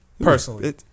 Personally